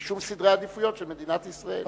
משום סדרי העדיפויות של מדינת ישראל.